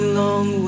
long